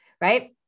Right